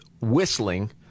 whistling